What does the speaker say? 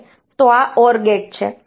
તો આ OR gate છે